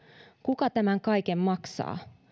kuka tämän kaiken maksaa